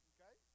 Okay